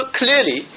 clearly